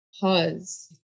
pause